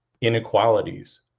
inequalities